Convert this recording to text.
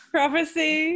Prophecy